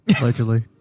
Allegedly